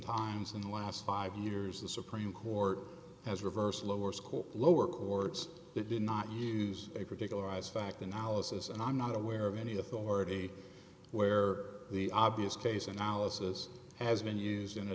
times in the last five years the supreme court has reversed lower school lower courts that did not use a particular eyes fact analysis and i'm not aware of any authority where the obvious case analysis has been us